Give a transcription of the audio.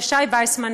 ישי ויסמן,